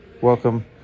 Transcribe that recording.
welcome